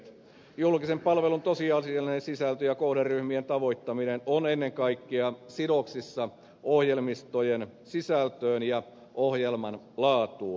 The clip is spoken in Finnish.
julkisen palvelun tosiasiallinen sisältö ja kohderyhmien tavoittaminen on ennen kaikkea sidoksissa ohjelmistojen sisältöön ja ohjelmien laatuun